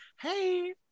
Hey